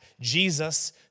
Jesus